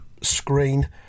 screen